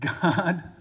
God